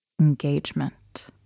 Engagement